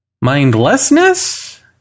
Mindlessness